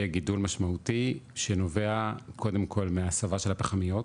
יהיה גידול משמעותי שנובע קודם כל מהסבה של הפחמיות.